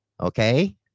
Okay